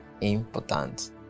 important